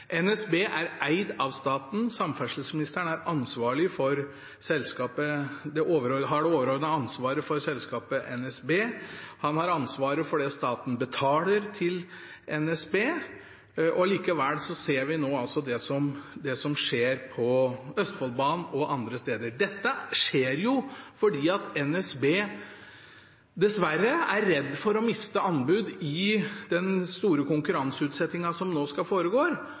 NSB er eid av staten, samferdselsministeren har det overordnede ansvaret for selskapet NSB. Han har ansvaret for det staten betaler til NSB, men likevel ser vi nå det som skjer på Østfoldbanen og andre steder. Dette skjer jo fordi NSB, dessverre, er redd for å miste anbud i den store konkurranseutsettingen som nå skal